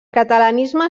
catalanisme